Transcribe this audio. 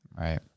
right